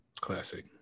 Classic